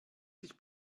sich